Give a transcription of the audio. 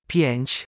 Pięć